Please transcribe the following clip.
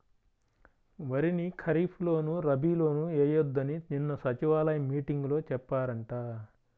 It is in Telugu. వరిని ఖరీప్ లోను, రబీ లోనూ ఎయ్యొద్దని నిన్న సచివాలయం మీటింగులో చెప్పారంట